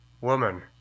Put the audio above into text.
Woman